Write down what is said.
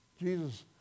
Jesus